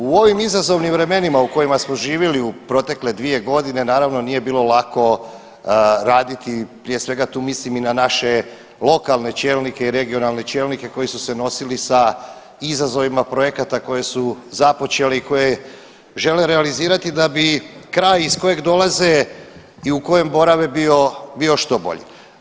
U ovim izazovnim vremenima u kojima smo živjeli u protekle 2.g. naravno nije bilo lako raditi, prije svega tu mislim i na naše lokalne čelnike i regionalne čelnike koji su se nosili sa izazovima projekata koje su započeli i koje žele realizirati da bi kraj iz kojeg dolaze i u kojem borave bio, bio što bolji.